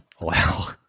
Wow